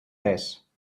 res